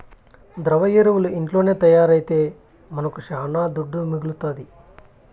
ద్రవ ఎరువులు ఇంట్లోనే తయారైతే మనకు శానా దుడ్డు మిగలుతాది